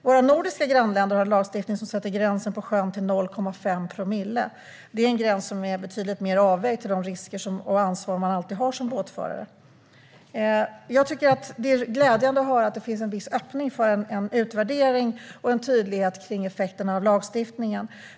Våra nordiska grannländer har en lagstiftning som sätter gränsen på sjön till 0,5 promille. Det är en gräns som är betydligt mer avvägd med tanke på de risker som finns och det ansvar man alltid har som båtförare. Jag tycker att det är glädjande att höra att det finns en viss öppning för en utvärdering och en tydlighet kring effekterna av lagstiftningen.